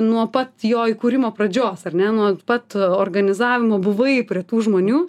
nuo pat jo įkūrimo pradžios ar ne nuo pat organizavimo buvai prie tų žmonių